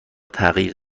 تغییر